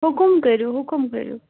حُکُم کٔرِو حُکُم کٔرِو